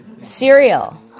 cereal